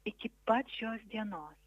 iki pat šios dienos